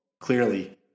clearly